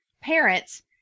parents